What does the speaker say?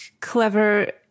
clever